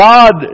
God